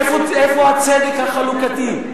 איפה שיקולי הצדק החלוקתי?